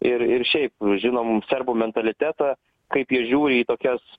ir ir šiaip žinom serbų mentalitetą kaip jie žiūri į tokias